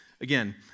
Again